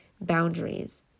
boundaries